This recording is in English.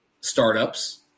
Startups